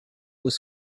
was